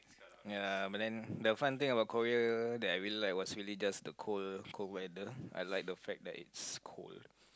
ya but then the fun thing about Korea that I really like was really just the cold cold weather I like the fact that it's cold